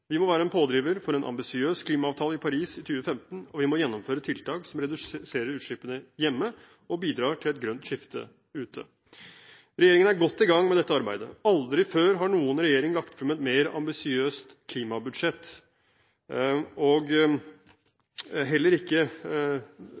Vi må være en pådriver for en ambisiøs klimaavtale i Paris i 2015, og vi må gjennomføre tiltak som reduserer utslippene hjemme og bidrar til et grønt skifte ute. Regjeringen er godt i gang med dette arbeidet. Aldri før har noen regjering lagt frem et mer ambisiøst klimabudsjett,